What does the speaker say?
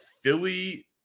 Philly